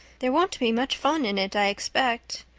there won't be much fun in it, i expect.